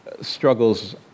struggles